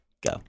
Go